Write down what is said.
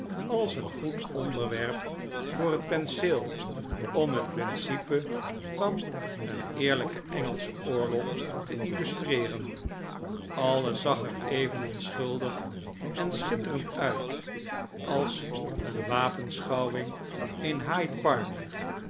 als een goed onderwerp voor het penseel om het principe van een eerlijken engelschen oorlog te illustreeren alles zag er even onschuldig en schitterend uit als een wapenschouwing in hyde park